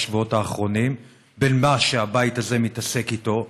בשבועות האחרונים: בין מה שהבית הזה מתעסק איתו,